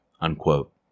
unquote